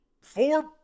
four